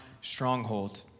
stronghold